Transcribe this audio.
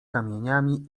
kamieniami